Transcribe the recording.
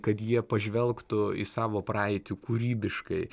kad jie pažvelgtų į savo praeitį kūrybiškai